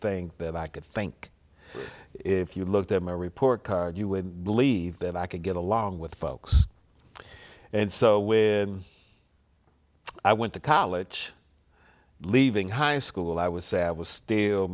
think that i could think if you looked at my report you would believe that i could get along with folks and so when i went to college leaving high school i would say i was still